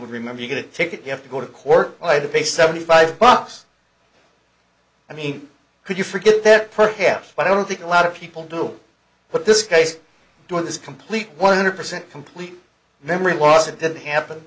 would remember you get a ticket you have to go to court play to pay seventy five bucks i mean could you forget that perhaps but i don't think a lot of people do put this case to his complete one hundred percent complete memory loss that didn't happen